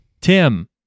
Tim